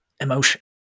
emotion